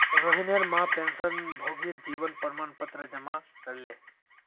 रोहिणीर मां पेंशनभोगीर जीवन प्रमाण पत्र जमा करले